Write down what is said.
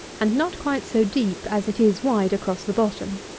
and not quite so deep as it is wide across the bottom.